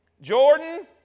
Jordan